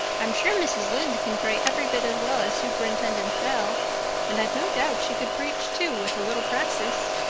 i'm sure mrs. lynde can pray every bit as well as superintendent bell and i've no doubt she could preach too with a little practice.